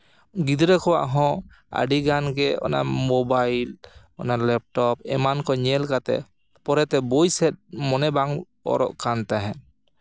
ᱜᱤᱫᱽᱨᱟᱹ ᱠᱚᱣᱟᱜ ᱦᱚᱸ ᱟᱹᱰᱤᱜᱟᱱ ᱜᱮ ᱚᱱᱟ ᱢᱳᱵᱟᱭᱤᱞ ᱚᱱᱟ ᱞᱮᱯᱴᱚᱯ ᱮᱢᱟᱱ ᱠᱚ ᱧᱮᱞ ᱠᱟᱛᱮ ᱯᱚᱨᱮᱛᱮ ᱵᱳᱭ ᱥᱮᱫ ᱢᱚᱱᱮ ᱵᱟᱝ ᱚᱨᱚᱜ ᱠᱟᱱ ᱛᱟᱦᱮᱸᱜ